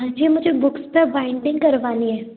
हाँ जी मुझे बुक्स पर बाइंडिंग करवानी है